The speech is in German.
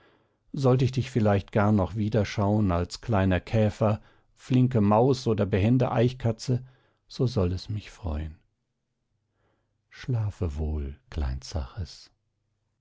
sollt ich dich vielleicht gar noch wiederschauen als kleiner käfer flinke maus oder behende eichkatze so soll es mich freuen schlafe wohl klein zaches